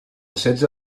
setze